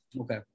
Okay